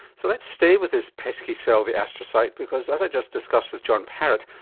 so let's stay with this pesky cell the astrocyte, because as i just discussed with john parratt,